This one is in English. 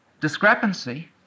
discrepancy